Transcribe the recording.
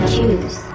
choose